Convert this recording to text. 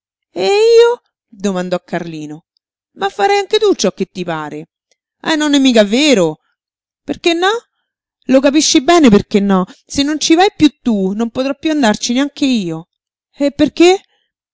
e io domandò carlino ma farai anche tu ciò che ti pare non è mica vero perché no lo capisci bene perché no se non ci vai piú tu non potrò piú andarci neanche io e perché